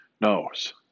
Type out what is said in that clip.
knows